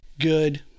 good